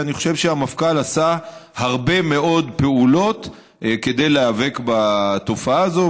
אני חושב שהמפכ"ל עשה הרבה מאוד פעולות כדי להיאבק בתופעה הזאת,